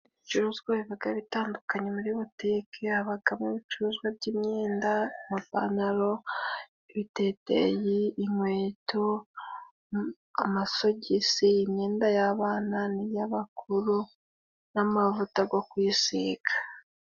Ibicuruzwa bibaga bitandukanye muri butike, habagamo ibicuruzwa by'imyenda, amapantaro, ibiteteyi, inkweto, amasogisi, imyenda y'abana n'iy'abakuru, n'amavuta go kwisiga.